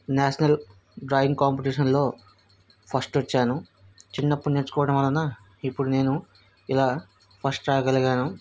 national drawing కాంపిటీషన్లో first వచ్చాను చిన్నప్పుడు నేర్చుకోవడం వలన ఇప్పుడు నేను ఇలా ఫస్ట్ రాగలిగాను